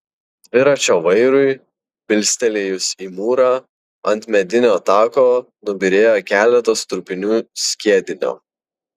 dviračio vairui bilstelėjus į mūrą ant medinio tako nubyrėjo keletas trupinių skiedinio